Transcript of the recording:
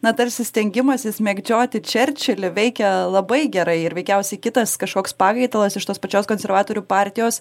na tarsi stengimasis mėgdžioti čerčilį veikia labai gerai ir veikiausiai kitas kažkoks pakaitalas iš tos pačios konservatorių partijos